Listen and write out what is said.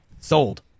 Sold